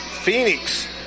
phoenix